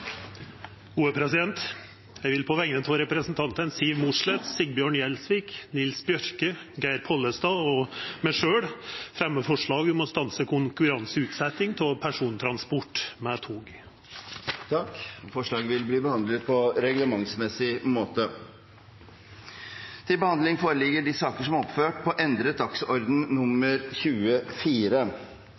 vil på vegner av representantane Siv Mossleth, Sigbjørn Gjelsvik, Nils T. Bjørke, Geir Pollestad og meg sjølv setja fram eit forslag om å stansa konkurranseutsetjing av persontransport med tog. Forslaget vil bli behandlet på reglementsmessig måte. Presidenten vil foreslå at debatten begrenses til